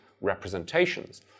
representations